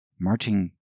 marching